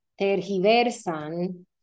tergiversan